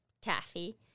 taffy